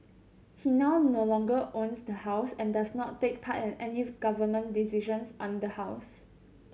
he now no longer own the house and does not take part in any government decisions on the house